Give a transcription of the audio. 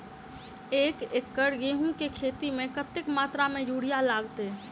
एक एकड़ गेंहूँ केँ खेती मे कतेक मात्रा मे यूरिया लागतै?